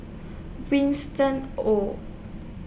Winston Oh